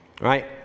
right